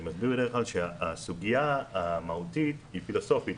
אני מסביר שהסוגיה המהותית היא פילוסופית,